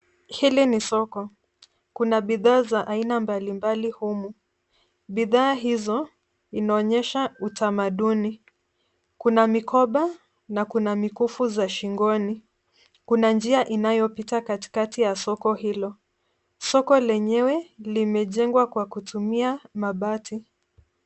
Hili ni soko. Kuna bidhaa za aina mbalimbali humu. Bidhaa hizo inaonyesha utamaduni. Kuna mikoba na kuna mikufu za shingoni, kuna njia inayopita katikati ya soko hilo. Soko lenyewe limejengwa kwa kutumia mabati.